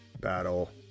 battle